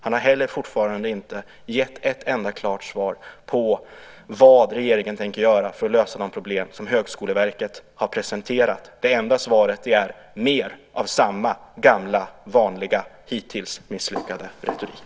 Han har heller fortfarande inte gett ett enda klart svar på vad regeringen tänker göra för att lösa de problem som Högskoleverket har presenterat. Det enda svaret är mer av samma gamla vanliga, hittills misslyckade, retorik.